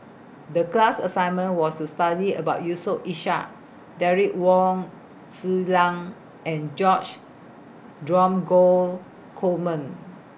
The class assignment was to study about Yusof Ishak Derek Wong Zi Liang and George Dromgold Coleman